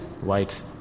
white